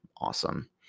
awesome